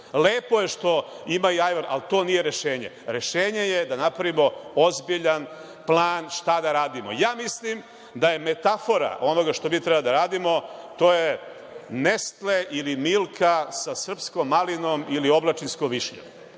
Lepo je što ima i ajvar, ali to nije rešenje. Rešenje je da napravimo ozbiljan plan šta da radimo. Mislim da je metafora ono što mi treba da radimo, to je Nestle ili Milka sa srpskom malinom ili oblačinskom višnjom.